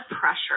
pressure